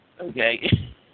Okay